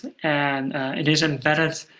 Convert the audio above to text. and it is embedded,